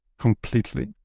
completely